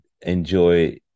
enjoy